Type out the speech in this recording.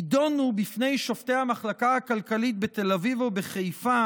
יידונו בפני שופטי המחלקה הכלכלית בתל אביב או בחיפה